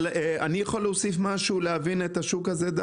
אני יכול להוסיף משהו כדי להבין את השוק הזה?